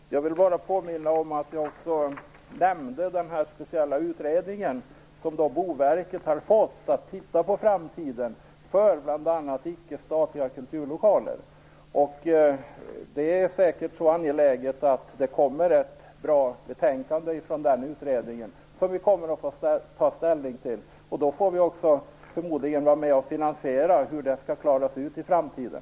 Fru talman! Jag vill bara påminna om att jag också nämnde den speciella utredning där Boverket är inblandat med uppdrag att titta på framtiden för bl.a. icke-statliga kulturlokaler. Det här är säkert så angeläget att det kommer att komma ett bra betänkande från den utredningen som vi kommer att ta ställning till. Då får vi också förmodligen vara med och finansiera detta, och se hur det skall klaras ut i framtiden.